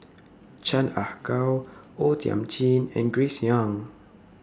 Chan Ah Kow O Thiam Chin and Grace Young